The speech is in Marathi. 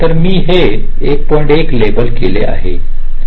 1 लेबल केले आहे